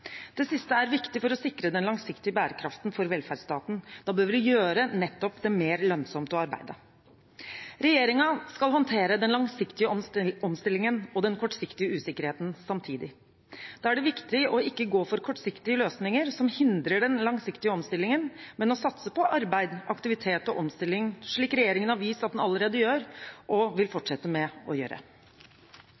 Det siste er viktig for å sikre den langsiktige bærekraften for velferdsstaten. Da bør vi nettopp gjøre det mer lønnsomt å arbeide. Regjeringen skal håndtere den langsiktige omstillingen og den kortsiktige usikkerheten samtidig. Da er det viktig ikke å gå for kortsiktige løsninger som hindrer den langsiktige omstillingen, men å satse på arbeid, aktivitet og omstilling, slik regjeringen har vist at den allerede gjør og vil fortsette med å gjøre.